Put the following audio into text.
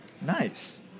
Nice